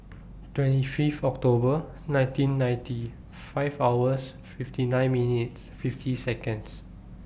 twenty Fifth October nineteen ninety five hours fifty nine minutes fifty Seconds